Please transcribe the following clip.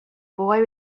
boy